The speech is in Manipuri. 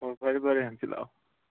ꯑꯣ ꯐꯔꯦ ꯐꯔꯦ ꯍꯪꯆꯤꯠ ꯂꯥꯛꯑꯣ